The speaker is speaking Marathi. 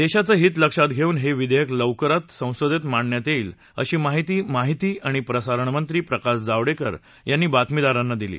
देशाचं हित लक्षात घेऊन हे विधेयक लवकरच संसदेत मांडण्यात येईल अशी माहिती माहिती आणि प्रसारण मंत्री प्रकाश जावडेकर यांनी बातमीदारांना दिली